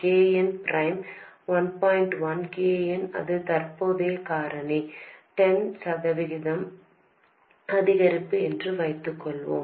1 K n அது தற்போதைய காரணி 10 சதவிகிதம் அதிகரிப்பு என்று வைத்துக்கொள்வோம்